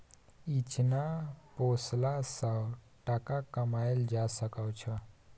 इचना पोसला सँ टका कमाएल जा सकै छै